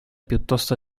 piuttosto